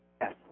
Yes